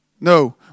No